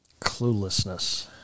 Cluelessness